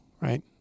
right